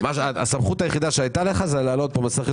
הסמכות היחידה שהייתה לך היא להעלות פה מסכת